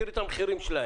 ותראי את המחירים שלהם.